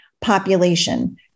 population